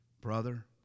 brother